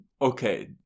Okay